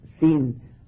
seen